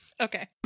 Okay